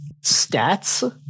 stats